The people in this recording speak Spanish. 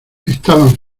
estaban